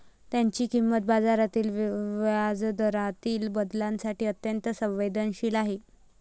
त्याची किंमत बाजारातील व्याजदरातील बदलांसाठी अत्यंत संवेदनशील आहे